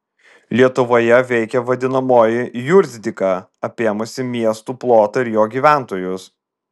lietuvoje veikė vadinamoji jurzdika apėmusi miestų plotą ir jo gyventojus